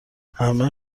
همه